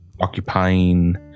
occupying